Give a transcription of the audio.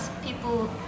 People